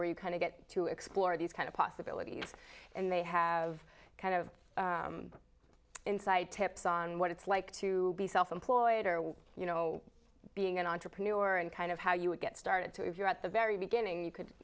where you kind of get to explore these kind of possibilities and they have kind of inside tips on what it's like to be self employed or what you know being an entrepreneur and kind of how you would get started so if you're at the very beginning you could